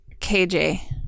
KJ